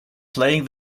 playing